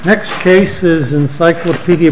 next case is encyclopedia